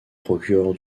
procureur